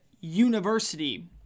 university